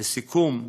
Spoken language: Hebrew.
לסיכום: